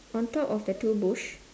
on top of the two bush